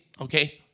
okay